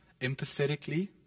Empathetically